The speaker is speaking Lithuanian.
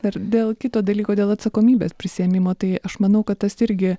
ir dėl kito dalyko dėl atsakomybės prisiėmimo tai aš manau kad tas irgi